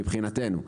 מבחינתנו.